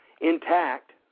intact